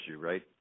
right